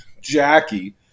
Jackie